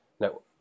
no